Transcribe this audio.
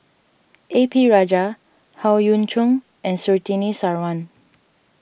A P Rajah Howe Yoon Chong and Surtini Sarwan